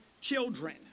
children